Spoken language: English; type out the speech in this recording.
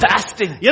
Fasting